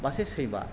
मासे सैमा